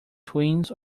twins